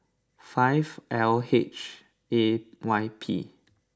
five L H A Y P